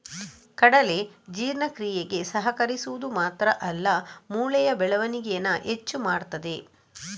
ಕಡಲೆ ಜೀರ್ಣಕ್ರಿಯೆಗೆ ಸಹಕರಿಸುದು ಮಾತ್ರ ಅಲ್ಲ ಮೂಳೆಯ ಬೆಳವಣಿಗೇನ ಹೆಚ್ಚು ಮಾಡ್ತದೆ